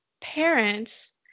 parents